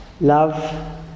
Love